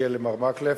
נחכה למר מקלב?